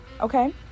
okay